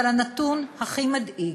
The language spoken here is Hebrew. אבל הנתון הכי מדאיג,